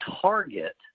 target